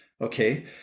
Okay